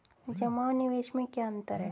जमा और निवेश में क्या अंतर है?